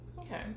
okay